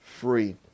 free